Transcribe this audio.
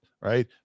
right